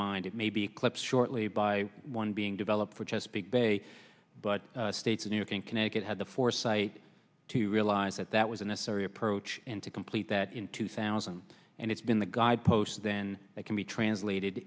mind it may be eclipsed shortly by one being developed for chesapeake bay but states of new york and connecticut had the foresight to realize that that was a necessary approach and to complete that in two thousand and it's been the guideposts then that can be translated